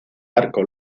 arco